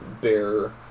bear